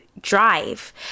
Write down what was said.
drive